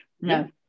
No